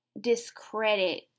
discredit